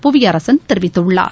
புவியரசன் தெரிவித்துள்ளார்